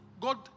God